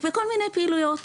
בכל מיני פעילויות,